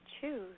Choose